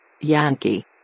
Yankee